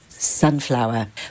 sunflower